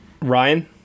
Ryan